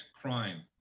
crime